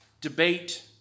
Debate